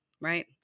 right